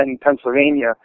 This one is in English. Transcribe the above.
Pennsylvania